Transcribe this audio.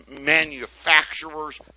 Manufacturers